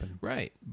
right